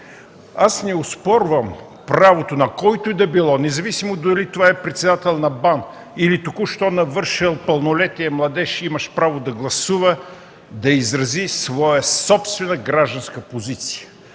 Не оспорвам правото на който и да било, независимо дали това е председател на БАН или току-що навършил пълнолетие младеж, имащ право на гласуване, да изрази своя собствена гражданска позиция.